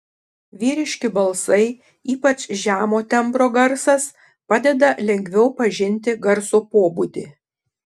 vyriški balsai ypač žemo tembro garsas padeda lengviau pažinti garso pobūdį